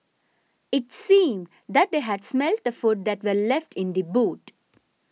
it seemed that they had smelt the food that were left in the boot